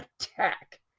attack